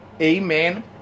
amen